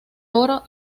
oro